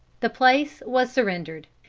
the place was surrendered.